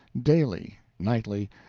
daily, nightly,